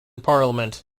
parliament